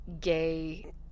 gay